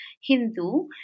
Hindu